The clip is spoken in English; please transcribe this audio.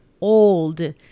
old